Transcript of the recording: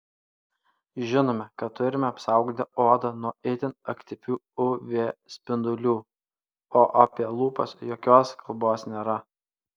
žinome kad turime apsaugoti odą nuo itin aktyvių uv spindulių o apie lūpas jokios kalbos nėra